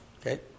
Okay